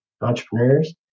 entrepreneurs